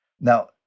Now